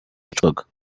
bicwaga